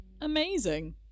Amazing